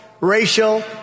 racial